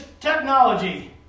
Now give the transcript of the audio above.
technology